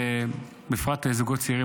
בפרט לזוגות צעירים,